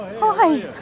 Hi